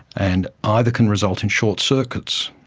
and either can result in short circuits.